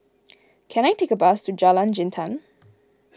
can I take a bus to Jalan Jintan